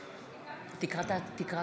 מתחייב אני תקרא.